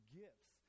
gifts